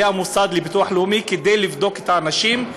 המוסד לביטוח לאומי כדי לבדוק את האנשים,